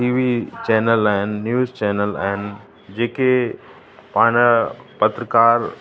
T V channel आहिनि news channel आहिनि जेके पाण पत्रकार